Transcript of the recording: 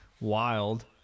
wild